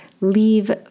leave